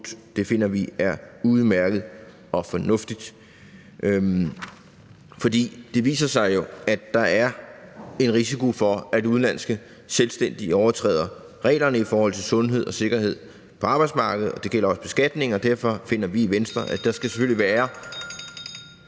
Det finder vi er udmærket og fornuftigt, for det viser sig jo, at der er en risiko for, at udenlandske selvstændige overtræder reglerne i forhold til sundhed og sikkerhed på arbejdsmarkedet, og det gælder også beskatningen. (Anden næstformand (Pia Kjærsgaard):